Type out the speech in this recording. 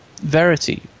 Verity